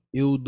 eu